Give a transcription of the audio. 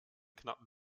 knappen